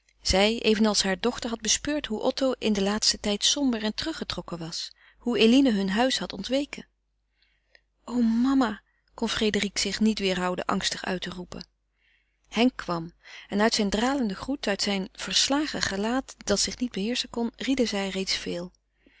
zij evenals haar dochters had bespeurd hoe otto in den laatsten tijd somber en teruggetrokken was hoe eline hun huis was ontweken o mama kon frédérique zich niet weêrhouden angstig uit te roepen henk kwam en uit zijn dralenden groet uit zijn verslagen gelaat dat zich niet beheerschen kon rieden zij reeds veel